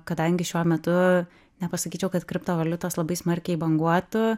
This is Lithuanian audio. kadangi šiuo metu nepasakyčiau kad kriptovaliutos labai smarkiai banguotų